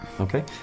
Okay